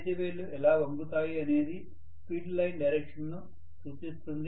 చేతివేళ్ళు ఎలా వంగుతాయి అనేది ఫీల్డ్ లైన్ డైరెక్షన్ ను సూచిస్తుంది